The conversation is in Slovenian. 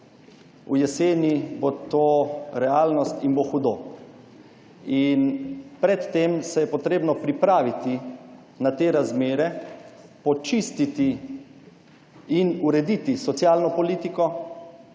V jeseni bo to realnost in bo hudo. In pred tem se je potrebno pripraviti na te razmere, počistiti in urediti socialno politiko,